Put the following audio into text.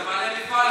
זה בעלי המפעל,